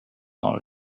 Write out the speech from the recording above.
all